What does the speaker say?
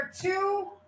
two